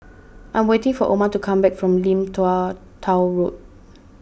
I am waiting for Oma to come back from Lim Tua Tow Road